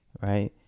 right